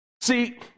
See